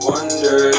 Wonder